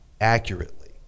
accurately